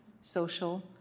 social